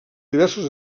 diversos